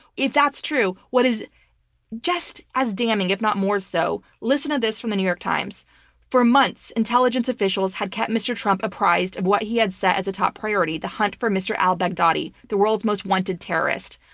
if that's true, what is just as damning, if not more so listen to this from the new york times for months, intelligence officials had kept mr. trump apprised of what he had set as a top priority, the hunt for mr. al-baghdadi, the world's most wanted terrorist.